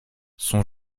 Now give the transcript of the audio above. son